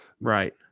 Right